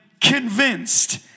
convinced